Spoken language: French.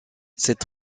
cette